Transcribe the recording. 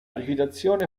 recitazione